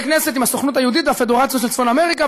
כנסת עם הסוכנות היהודית והפדרציות של צפון אמריקה,